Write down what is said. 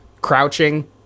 crouching